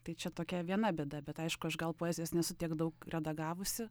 tai čia tokia viena bėda bet aišku aš gal poezijos nesu tiek daug redagavusi